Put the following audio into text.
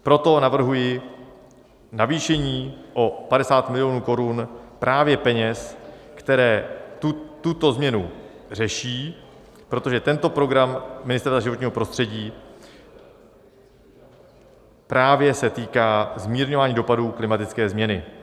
Proto navrhuji navýšení o 50 mil. korun právě z peněz, které tuto změnu řeší, protože tento program Ministerstva životního prostředí právě se týká zmírňování dopadů klimatické změny.